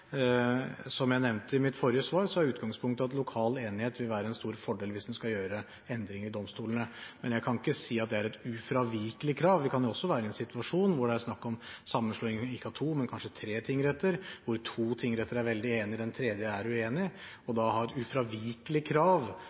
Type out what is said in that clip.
Som jeg nevnte i mitt forrige svar, er utgangspunktet at lokal enighet vil være en stor fordel hvis en skal gjøre endringer i domstolene, men jeg kan ikke si at det er et ufravikelig krav. Vi kan også være i en situasjon hvor det er snakk om sammenslåing ikke av to, men kanskje av tre tingretter, hvor to tingretter er veldig enige og den tredje er uenig, og da å ha et ufravikelig krav